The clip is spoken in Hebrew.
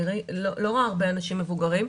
אני לא רואה הרבה אנשים מבוגרים.